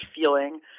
feeling